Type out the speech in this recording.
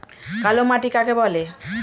কালোমাটি কাকে বলে?